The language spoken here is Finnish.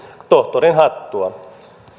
tohtorinhattua